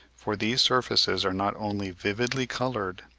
for these surfaces are not only vividly coloured,